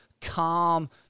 calm